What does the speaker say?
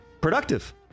productive